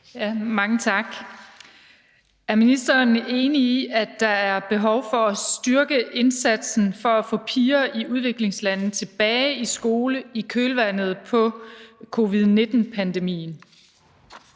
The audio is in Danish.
Tørnæs (V): Er ministeren enig i, at der er behov for at styrke indsatsen for at få piger i udviklingslande tilbage i skole i kølvandet på covid-19-pandemien?